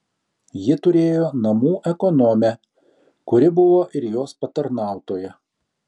ji turėjo namų ekonomę kuri buvo ir jos patarnautoja